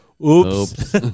Oops